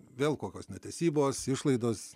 vėl kokios netesybos išlaidos